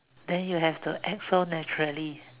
then you have to act so naturally